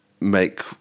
make